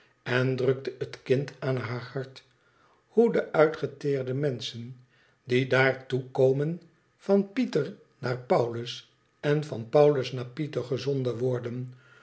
en drukte het kind aan haar hart ihoe de uitgeteerde menschen die dddrtoe komen van pieter naar paulus en van paulus naar pieter gezonden worden